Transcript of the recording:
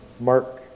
Mark